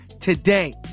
today